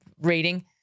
rating